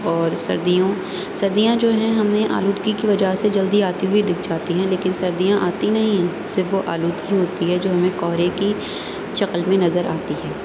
اور سردیوں سردیاں جو ہیں ہم نے آلودگی کی وجہ سے جلدی آتے ہوئے دکھ جاتی ہیں لیکن سردیاں آتی نہیں ہیں صرف وہ آلودگی ہوتی ہے جو ہمیں کہرے کی شکل میں نظر آتی ہیں